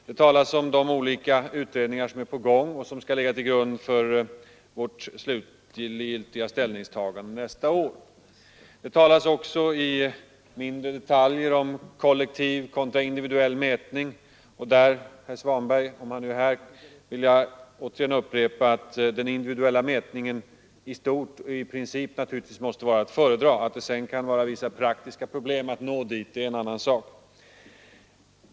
Det talas om de olika utredningar som är på gång och som skall ligga till grund för vårt slutgiltiga ställningstagande nästa år. Det talas också om detaljer, såsom kollektiv kontra individuell mätning. Där vill jag återigen upprepa, herr Svanberg, att den individuella mätningen i princip naturligtvis måste vara att föredra. Att det sedan kan vara vissa praktiska problem att nå dit är en annan sak.